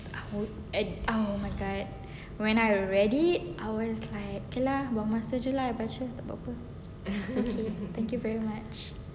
it's uh uh oh my god when I read it I was like K lah buang masa jer lah I baca tak ada apa-apa it's okay thank you very much